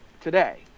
Today